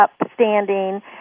upstanding